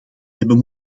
hebben